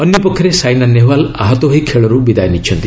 ଅନ୍ୟ ପକ୍ଷରେ ସାଇନା ନେହୱାଲ୍ ଆହତ ହୋଇ ଖେଳରୁ ବିଦାୟ ନେଇଛନ୍ତି